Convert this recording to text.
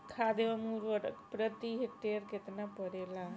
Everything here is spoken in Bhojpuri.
खाध व उर्वरक प्रति हेक्टेयर केतना पड़ेला?